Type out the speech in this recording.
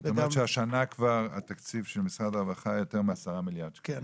זאת אומרת שהשנה התקציב של משרד הרווחה יותר מ-10 מיליארד שקלים.